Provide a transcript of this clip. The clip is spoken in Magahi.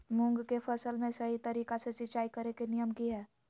मूंग के फसल में सही तरीका से सिंचाई करें के नियम की हय?